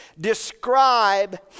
describe